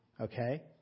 Okay